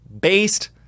based